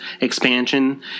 expansion